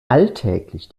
alltäglich